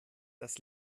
das